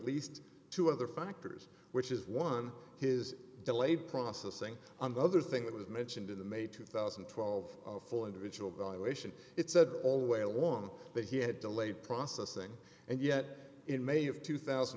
least two other factors which is one his delayed processing and other thing that was mentioned in the may two thousand and twelve full individual valuation it said all the way along that he had delayed processing and yet in may of two thousand